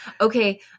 Okay